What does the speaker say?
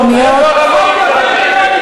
(מס' 3) (מערך הגיור ובתי-דין לגיור),